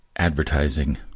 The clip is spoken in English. advertising